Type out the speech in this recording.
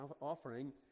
offering